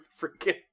freaking